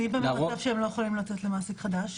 ואם הם במצב שאי אפשר ללכת למעסיק חדש,